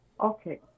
Okay